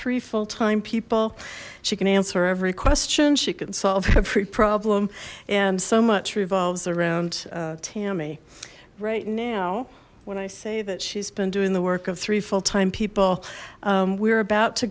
three full time people she can answer every question she can solve every problem and so much revolves around tammy right now when i say that she's been doing the work of three full time p well we're about to